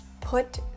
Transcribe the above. put